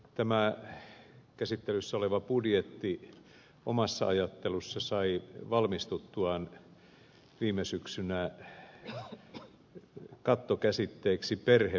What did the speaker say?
tämä käsittelyssä oleva budjetti omassa ajattelussa sai valmistuttuaan viime syksynä kattokäsitteeksi perhebudjetti